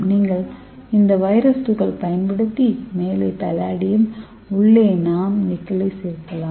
நீங்கள் இந்த வைரஸ் துகள் பயன்படுத்தி மேலே பல்லேடியம் உள்ளே நாம் நிக்கலைச் சேர்க்கலாம்